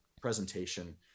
presentation